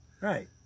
Right